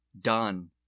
Done